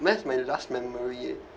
my last memory eh